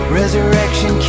resurrection